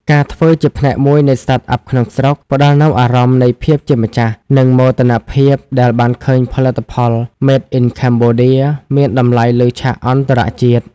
ការធ្វើជាផ្នែកមួយនៃ Startup ក្នុងស្រុក ផ្ដល់នូវអារម្មណ៍នៃភាពជាម្ចាស់ និងមោទនភាពដែលបានឃើញផលិតផល "Made in Cambodia" មានតម្លៃលើឆាកអន្តរជាតិ។